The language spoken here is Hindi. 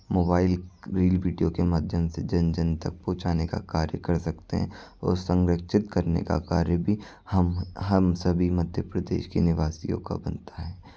मोबाइल रील वीडियो के माध्यम से जन जन तक पहुँचाने का कार्य कर सकतें हैं और संरक्षित करने का कार्य भी हम हम सभी मध्य प्रदेश के निवासियों का बनता है